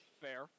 Fair